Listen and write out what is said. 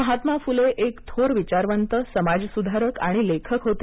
महात्मा फुले एक थोर विचारवंत समाजसुधारक आणि लेखक होते